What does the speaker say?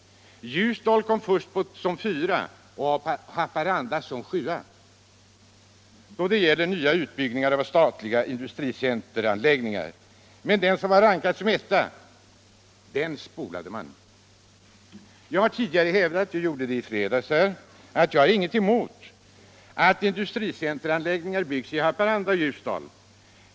Ljusdal kom som nr 4 och Haparanda som nr 7 då det gällde nya utbyggnader av statliga industricenteranläggningar. Men den plats som var rankad som etta spolade man. Jag har tidigare hävdat — senaste i fredags — att jag har ingenting emot att industricenteranläggningar byggs i Haparanda och Ljusdal.